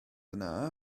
yna